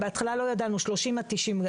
בהתחלה לא ידענו 30 עד 90 יום.